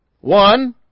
one